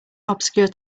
obscure